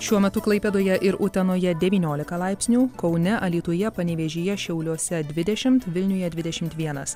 šiuo metu klaipėdoje ir utenoje devyniolika laipsnių kaune alytuje panevėžyje šiauliuose dvidešimt vilniuje dvidešimt vienas